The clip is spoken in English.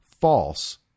false